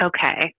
Okay